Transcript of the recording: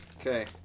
Okay